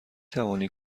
توانی